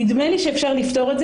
נדמה לי שאפשר לפתור את זה.